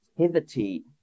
activity